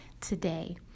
today